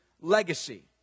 legacy